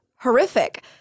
horrific